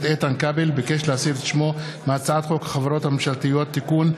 איתן כבל ביקש להסיר את שמו מהצעת חוק החברות הממשלתיות (תיקון,